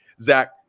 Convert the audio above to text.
Zach